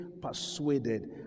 persuaded